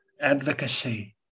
advocacy